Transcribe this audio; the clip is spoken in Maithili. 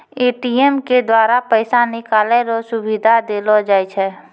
ए.टी.एम के द्वारा पैसा निकालै रो सुविधा देलो जाय छै